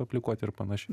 aplikuoti ir panašiai